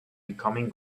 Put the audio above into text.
becoming